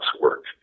work